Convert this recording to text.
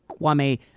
Kwame